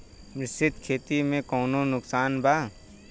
मिश्रित खेती से कौनो नुकसान वा?